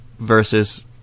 versus